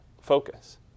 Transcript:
focus